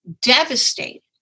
devastated